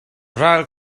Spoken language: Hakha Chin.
ral